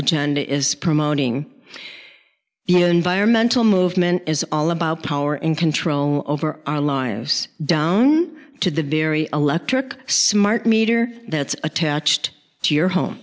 agenda is promoting the environmental movement is all about power and control over our lives down to the very electric smart meter that's attached to your home